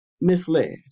misled